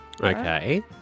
Okay